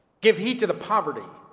give heed to the poverty,